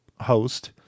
host